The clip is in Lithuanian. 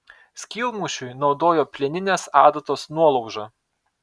skylmušiui naudojo plieninės adatos nuolaužą